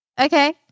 Okay